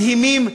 מדהימים,